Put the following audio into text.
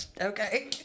Okay